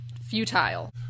futile